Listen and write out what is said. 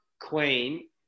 Queen